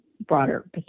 broader